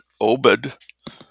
Obed